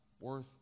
worth